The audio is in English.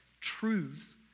truths